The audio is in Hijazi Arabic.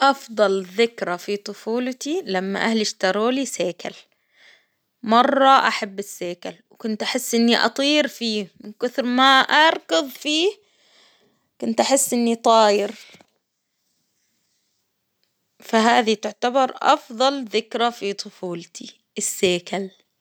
أفضل ذكرى في طفولتي لما أهلي اشتروا لي سيكل، مرة أحب السيكل ، وكنت أحس إني أطير فيه من كثر ما أركض فيه، كنت أحس إني طاير، فهذي تعتبر أفضل ذكرى في طفولتي السيكل.